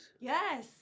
yes